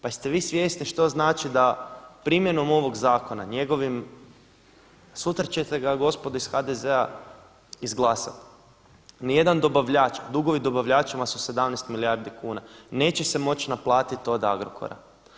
Pa jeste li vi svjesni što znači da primjenom ovog zakona, njegovim, sutra ćete ga gospodo iz HDZ-a izglasati, niti jedan dobavljač, dugovi dobavljačima su 17 milijardi kuna, neće se moći naplatiti od Agrokora.